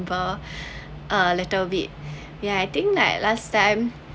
a little bit ya I think like last time